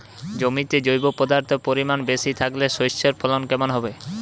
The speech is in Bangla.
জমিতে জৈব পদার্থের পরিমাণ বেশি থাকলে শস্যর ফলন কেমন হবে?